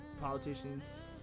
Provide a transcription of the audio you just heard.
politicians